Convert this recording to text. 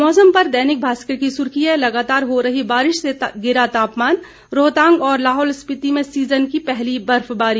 मौसम पर दैनिक भास्कर की सुर्खी है लगातार हो रही बारिश से गिरा तापमान रोहतांग और लाहौल स्पीति में सीजन की पहली बर्फबारी